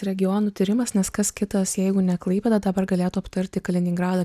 regionų tyrimas nes kas kitas jeigu ne klaipėda dabar galėtų aptarti kaliningrado